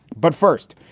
but first,